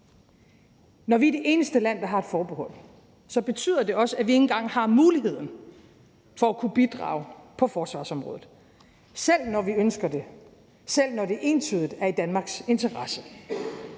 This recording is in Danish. At vi er det eneste land, der ikke har et forsvarsforbehold, betyder også, at vi ikke engang har muligheden for at kunne bidrage på forsvarsområdet, selv når vi ønsker det og det entydigt er i Danmarks interesse.